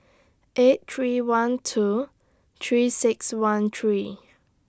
eight three one two three six one three